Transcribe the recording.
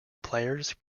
players